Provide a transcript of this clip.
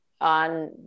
on